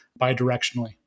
bidirectionally